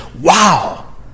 wow